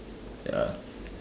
ya